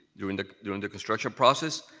during the during the construction process.